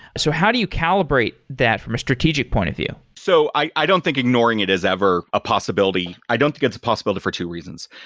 so how do you calibrate that from a strategic point of view? so i i don't think ignoring it is ever a possibility. i don't think it's a possibility for two reasons.